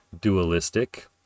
dualistic